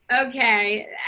Okay